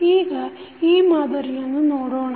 ಈಗ ಈ ಮಾದರಿಯನ್ನು ನೋಡೋಣ